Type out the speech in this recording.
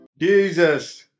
Jesus